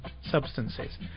substances